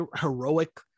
heroic